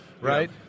right